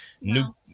new